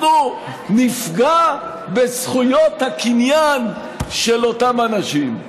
אנחנו נפגע בזכויות הקניין של אותם אנשים.